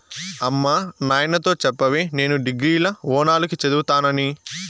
అమ్మ నాయనతో చెప్పవే నేను డిగ్రీల ఓనాల కి చదువుతానని